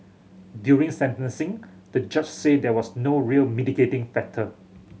during sentencing the judge said there was no real mitigating factor